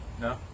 No